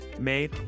made